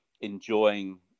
enjoying